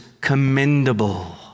commendable